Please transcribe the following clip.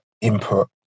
input